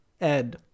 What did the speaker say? ed